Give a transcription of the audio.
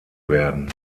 werden